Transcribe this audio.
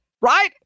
right